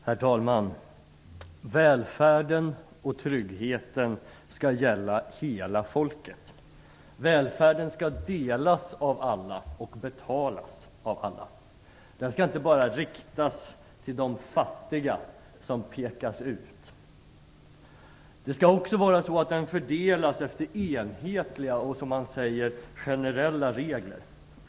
Herr talman! Välfärden och tryggheten skall gälla hela folket. Välfärden skall delas av alla och betalas av alla. Den skall inte bara riktas till de fattiga som pekas ut. Den skall också fördelas efter enhetliga och generella regler.